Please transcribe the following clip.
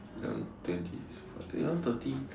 eleven twenty is fine eleven thirty